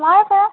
வாழப்பழம்